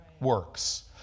works